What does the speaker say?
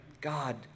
God